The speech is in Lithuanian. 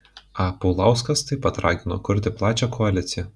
a paulauskas taip pat ragino kurti plačią koaliciją